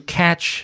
catch